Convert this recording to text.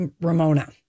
Ramona